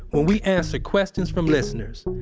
where we answer questions from listeners.